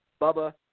Bubba